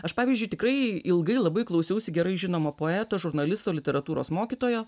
aš pavyzdžiui tikrai ilgai labai klausiausi gerai žinomo poeto žurnalisto literatūros mokytojo